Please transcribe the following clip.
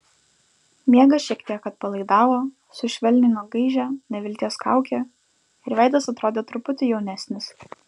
miegas šiek tiek atpalaidavo sušvelnino gaižią nevilties kaukę ir veidas atrodė truputį jaunesnis